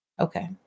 Okay